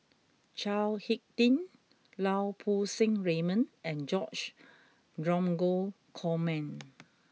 Chao Hick Tin Lau Poo Seng Raymond and George Dromgold Coleman